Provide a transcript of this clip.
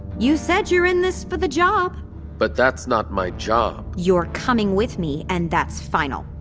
you said you're in this for the job but that's not my job you're coming with me, and that's final.